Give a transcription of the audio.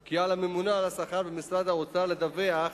כי על הממונה על השכר במשרד האוצר לדווח,